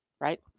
Right